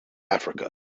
africa